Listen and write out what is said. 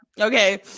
Okay